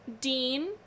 Dean